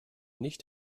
nicht